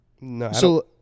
No